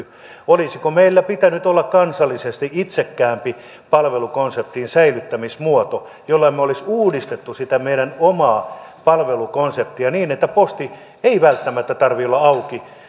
olisiko meillä pitänyt olla kansallisesti itsekkäämpi palvelukonseptin säilyttämismuoto jolla me olisimme uudistaneet sitä meidän omaa palvelukonseptiamme niin että postin ei välttämättä tarvitse olla auki